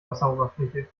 wasseroberfläche